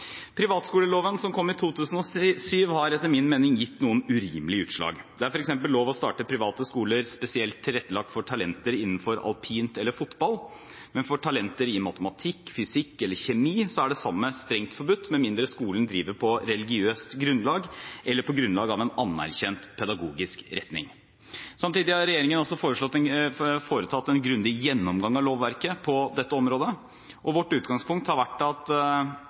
Privatskoleloven som kom i 2007, har etter min mening gitt noen urimelige utslag. Det er f.eks. lov å starte private skoler spesielt tilrettelagt for talenter innenfor alpint eller fotball, men for talenter i matematikk, fysikk eller kjemi er det samme strengt forbudt, med mindre skolen driver på religiøst grunnlag eller på grunnlag av en anerkjent pedagogisk retning. Samtidig har regjeringen foretatt en grundig gjennomgang av lovverket på dette området, og vårt utgangspunkt har vært at